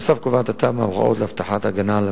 בנוסף קובעת התמ"א הוראות להבטחת ההגנה על